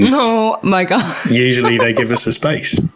and so like ah usually they give us a space.